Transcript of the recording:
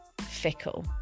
fickle